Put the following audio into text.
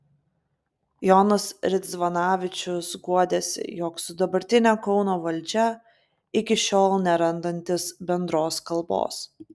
jonas ridzvanavičius guodėsi jog su dabartine kauno valdžia iki šiol nerandantis bendros kalbos